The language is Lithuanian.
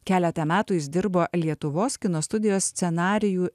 keletą metų jis dirbo lietuvos kino studijos scenarijų